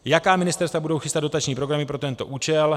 Jaká ministerstva budou chystat dotační programy pro tento účel?